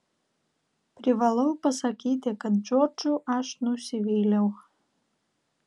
privalau pasakyti kad džordžu aš nusivyliau